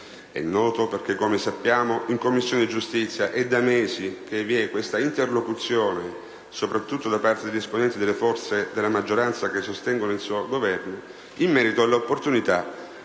noto. Infatti, come sappiamo, in Commissione giustizia sono mesi che vi è una interlocuzione, soprattutto da parte di esponenti delle forze della maggioranza che sostengono il suo Governo, in merito all'opportunità